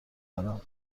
دارم